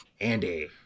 Andy